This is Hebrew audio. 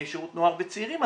שירות נוער וצעירים,